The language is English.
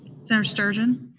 senator sturgeon?